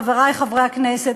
חברי חברי הכנסת,